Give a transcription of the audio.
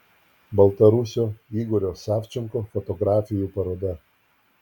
baltarusio igorio savčenko fotografijų paroda